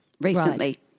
recently